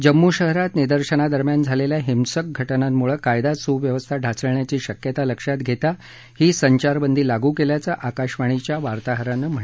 जम्मू शहरात निदर्शनादरम्यान झालेल्या हिंसक घटनांमुळे कायदा सुव्यवस्था ढासळण्याची शक्यता लक्षात घेता ही संचारबंदी लागू केल्याचं आकाशवाणीच्या वार्ताहरानं म्हटलं आहे